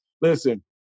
Listen